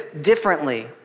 differently